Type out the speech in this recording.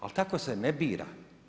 Ali tako se ne bira.